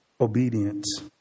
obedience